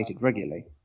regularly